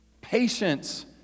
patience